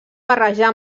barrejar